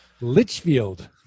Litchfield